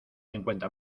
cincuenta